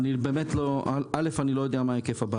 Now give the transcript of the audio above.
אני לא יודע מה היקף הבעיה.